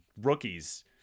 rookies